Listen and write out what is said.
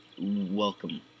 welcome